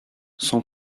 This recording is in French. sans